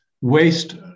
waste